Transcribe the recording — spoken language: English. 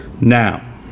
Now